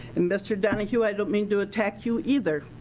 and mr. donohue, i don't mean to attack you either.